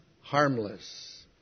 harmless